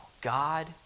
God